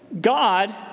God